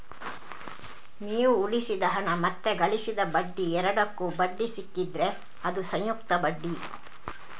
ನೀವು ಉಳಿಸಿದ ಹಣ ಮತ್ತೆ ಗಳಿಸಿದ ಬಡ್ಡಿ ಎರಡಕ್ಕೂ ಬಡ್ಡಿ ಸಿಕ್ಕಿದ್ರೆ ಅದು ಸಂಯುಕ್ತ ಬಡ್ಡಿ